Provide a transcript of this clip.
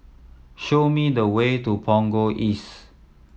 show me the way to Punggol East